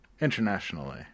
internationally